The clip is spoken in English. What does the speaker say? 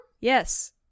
yes